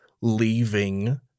leaving